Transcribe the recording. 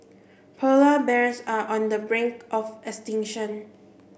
polar bears are on the brink of extinction